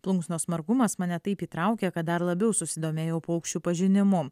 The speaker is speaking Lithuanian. plunksnos margumas mane taip įtraukė kad dar labiau susidomėjau paukščių pažinimu